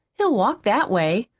he'll walk that way.